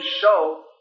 show